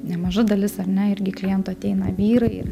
nemaža dalis ar ne irgi klientų ateina vyrai